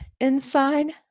inside